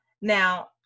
Now